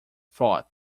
thought